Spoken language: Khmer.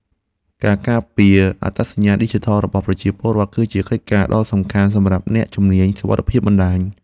ការការពារអត្តសញ្ញាណឌីជីថលរបស់ប្រជាពលរដ្ឋ គឺជាកិច្ចការដ៏សំខាន់សម្រាប់អ្នកជំនាញសុវត្ថិភាពបណ្តាញ។